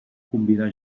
convidar